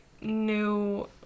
new